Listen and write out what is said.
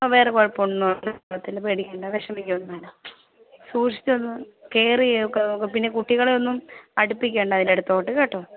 വേറെ കുഴപ്പം ഒന്നും ഉണ്ടാവില്ല പേടിക്കേണ്ട വിഷമിക്കുവൊന്നും വേണ്ട സൂക്ഷിച്ചൊന്ന് കെയർ ചെയ്യുവൊക്കെ പിന്നെ കുട്ടികളെ ഒന്നും അടുപ്പിക്കേണ്ട അതിൻറെ അടുത്തോട്ട് കേട്ടോ